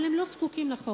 אבל הם לא זקוקים לחוק.